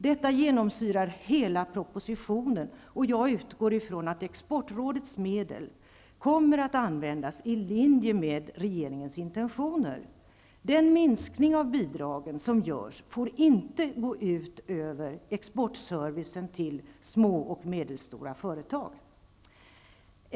Detta genomsyrar hela propositionen, och jag utgår från att exportrådets medel kommer att användas i linje med regeringens intentioner. Den minskning av bidragen som görs får inte gå ut över exportservicen till små och medelstora företag.